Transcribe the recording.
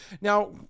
Now